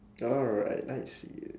alright I see